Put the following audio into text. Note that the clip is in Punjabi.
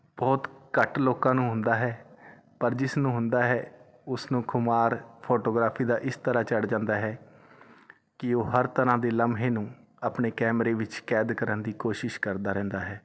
ਬਹੁਤ ਘੱਟ ਲੋਕਾਂ ਨੂੰ ਹੁੰਦਾ ਹੈ ਪਰ ਜਿਸ ਨੂੰ ਹੁੰਦਾ ਹੈ ਉਸ ਨੂੰ ਖੁਮਾਰ ਫੋਟੋਗ੍ਰਾਫੀ ਦਾ ਇਸ ਤਰ੍ਹਾਂ ਚੜ ਜਾਂਦਾ ਹੈ ਕਿ ਉਹ ਹਰ ਤਰ੍ਹਾਂ ਦੇ ਲਮਹੇ ਨੂੰ ਆਪਣੇ ਕੈਮਰੇ ਵਿੱਚ ਕੈਦ ਕਰਨ ਦੀ ਕੋਸ਼ਿਸ਼ ਕਰਦਾ ਰਹਿੰਦਾ ਹੈ